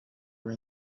were